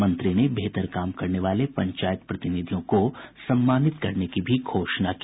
मंत्री ने बेहतर काम करने वाले पंचायत प्रतिनिधियों को सम्मानित करने की भी घोषणा की